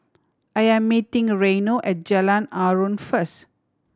I am meeting Reino at Jalan Aruan first